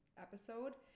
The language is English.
episode